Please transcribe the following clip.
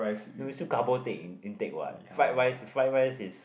no it's still carbo take in intake what fried rice fried rice is